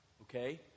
Okay